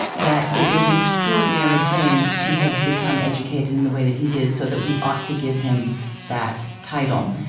that it was an extraordinary thing to have become educated in the way that he did, so that we ought to give him that title.